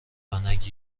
ونک